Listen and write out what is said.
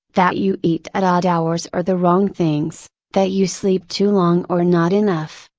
that you eat at odd hours or the wrong things, that you sleep too long or not enough.